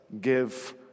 give